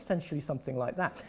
essentially something like that.